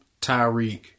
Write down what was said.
Tyreek